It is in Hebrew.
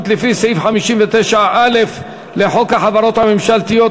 לפי סעיף 59א לחוק החברות הממשלתיות,